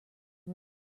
room